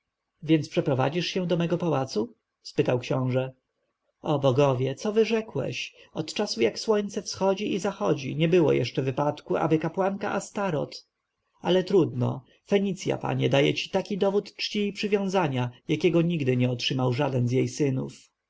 więc przeprowadzisz się do mego pałacu spytał książę o bogowie co wyrzekłeś od czasu jak słońce wschodzi i zachodzi nie było jeszcze wypadku ażeby kapłanka astoreth ale trudno fenicja panie daje ci taki dowód czci i przywiązania jakiego nigdy nie otrzymał żaden z jej synów